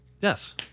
Yes